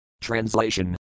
Translation